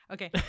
Okay